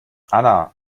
anna